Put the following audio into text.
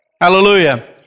Hallelujah